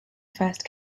first